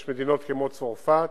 יש מדינות, כמו צרפת,